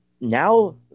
now